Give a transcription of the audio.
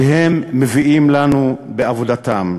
שהם מביאים לנו בעבודתם.